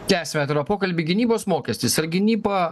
tęsiame atvirą pokalbį gynybos mokestis ar gynyba